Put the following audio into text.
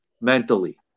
mentally